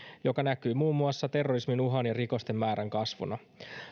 mikä näkyy muun muassa terrorismin uhan ja rikosten määrän kasvuna